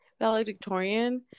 valedictorian